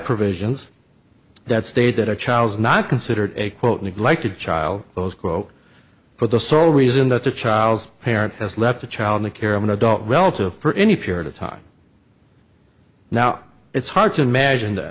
provisions that state that a child is not considered a quote neglected child those go for the sole reason that the child's parent has left the child in the care of an adult relative for any period of time now it's hard to imagine that